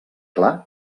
clar